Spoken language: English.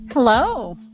Hello